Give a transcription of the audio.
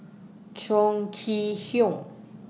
Chong Kee Hiong